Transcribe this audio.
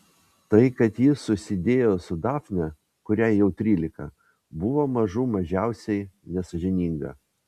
tai kad ji susidėjo su dafne kuriai jau trylika buvo mažų mažiausiai nesąžininga